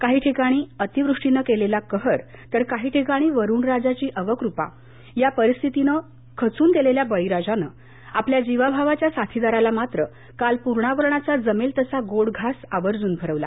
काही ठिकाणी अतिवृष्टीनं केलेला कहर तर काही ठिकाणी वरुणराजाची अवकृपा या परिस्थितीनं खचून गेलेल्या बळीराजानं आपल्या जिवाभावाच्या साथीदाराला मात्र काल पुरणावरणाचा जमला तसा गोड घास आवर्जून भरवला